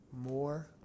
more